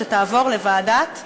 שתעבור לוועדת העבודה,